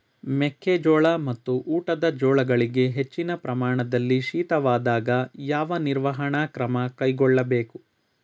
ಮೆಕ್ಕೆ ಜೋಳ ಮತ್ತು ಊಟದ ಜೋಳಗಳಿಗೆ ಹೆಚ್ಚಿನ ಪ್ರಮಾಣದಲ್ಲಿ ಶೀತವಾದಾಗ, ಯಾವ ನಿರ್ವಹಣಾ ಕ್ರಮ ಕೈಗೊಳ್ಳಬೇಕು?